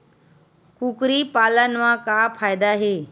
कुकरी पालन म का फ़ायदा हे?